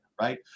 Right